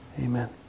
Amen